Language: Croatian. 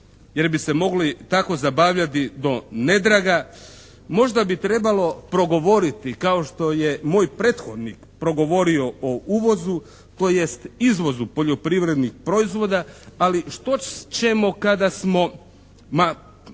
jer bi se mogli tako zabavljati do nedraga, možda bi trebalo progovoriti kao što je moj prethodnik progovorio o uvozu, tj. izvozu poljoprivrednih proizvoda, ali što ćemo kada smo